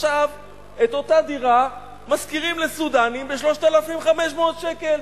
עכשיו את אותה דירה משכירים לסודנים ב-3,500 שקל.